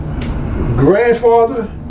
grandfather